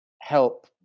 help